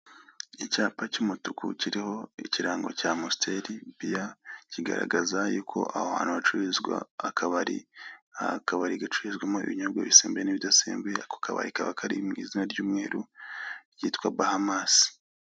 Icyapa cy'umutuku kiriho ikirango cya Amusiteribiya, kigaragaza ko aho hantu hari akabari, akabari gacururizwamo ibiribwa bisembuye n'ibidasembuye, Ako kabari kakaba Kari mu izina ry'umweru ryitwa Bahamasi.